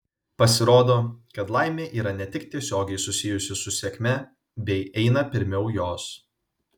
pasirodo kad laimė yra ne tik tiesiogiai susijusi su sėkme bei eina pirmiau jos